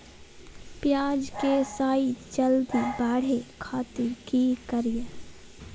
प्याज के साइज जल्दी बड़े खातिर की करियय?